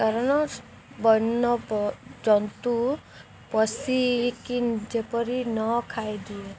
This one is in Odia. କାରଣ ବନ୍ୟଜନ୍ତୁ ପଶିକି ଯେପରି ନ ଖାଇଦିଏ